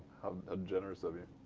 ah generous of you.